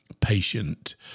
patient